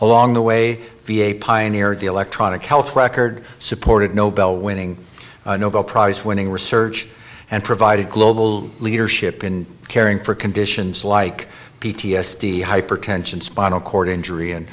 along the way v a pioneered the electronic health record supported nobel winning nobel prize winning research and provided global leadership in caring for conditions like p t s d hypertension spinal cord injury